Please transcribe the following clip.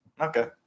okay